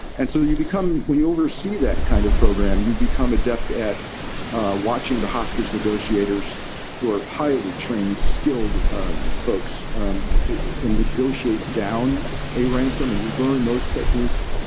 and so you become when you oversee that kind of program, you become adept at watching the hostage negotiators who are highly trained, skilled folks and negotiate down a ransom. and you learn those techniques.